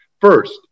First